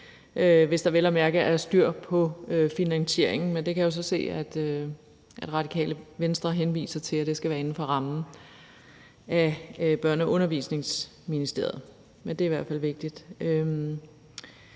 mærke er styr på finansieringen. Der kan jeg jo så se, at Radikale Venstre henviser til, at det skal være inden for rammen af Børne- og Undervisningsministeriet. Men det er i hvert fald vigtigt.